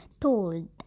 told